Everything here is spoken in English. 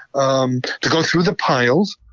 um to go through the piles.